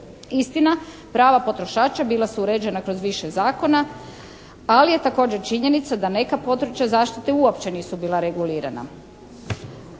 Istina, prava potrošača bila su uređena kroz više zakona ali je također činjenica da neka područja zaštite uopće nisu bila regulirana.